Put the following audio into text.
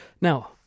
Now